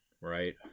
right